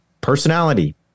personality